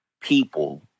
people